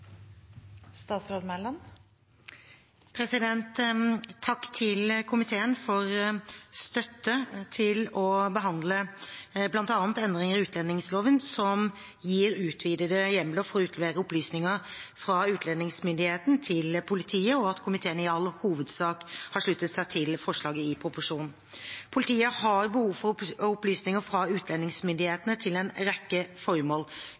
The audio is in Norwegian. Takk til komiteen for støtte til å behandle bl.a. endringer i utlendingsloven som gir utvidete hjemler for å utlevere opplysninger fra utlendingsmyndighetene til politiet, og for at komiteen i all hovedsak har sluttet seg til forslaget i proposisjonen. Politiet har behov for opplysninger fra utlendingsmyndighetene til en rekke formål.